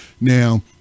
Now